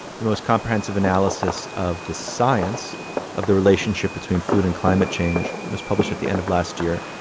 the most comprehensive analysis of the science of the relationship between food and climate change was published at the end of last year.